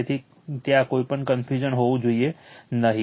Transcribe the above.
તેથી ત્યાં કોઈપણ કનફ્યુઝન હોવું જોઈએ નહીં